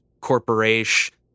corporation